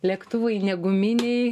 lėktuvai ne guminiai